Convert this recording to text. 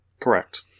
Correct